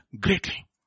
greatly